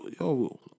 yo